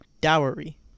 Dowry